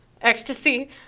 Ecstasy